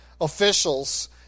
officials